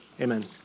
amen